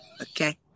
Okay